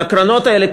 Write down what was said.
והקרנות הללו,